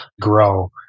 grow